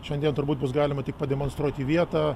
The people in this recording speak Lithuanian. šiandien turbūt bus galima tik pademonstruoti vietą